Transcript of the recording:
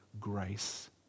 grace